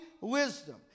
wisdom